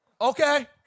okay